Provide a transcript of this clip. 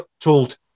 told